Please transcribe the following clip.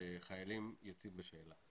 חיילים יוצאים בשאלה.